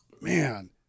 man